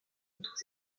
tous